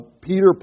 Peter